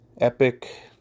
Epic